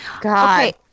God